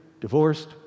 divorced